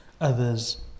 others